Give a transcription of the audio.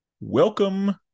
Welcome